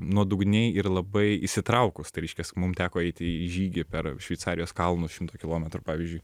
nuodugniai ir labai įsitraukus tai reiškias mum teko eiti į žygį per šveicarijos kalnus šimto kilometrų pavyzdžiui